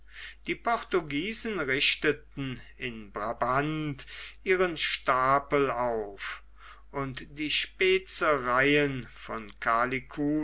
die portugiesen richteten in brabant ihren stapel auf und die specereien von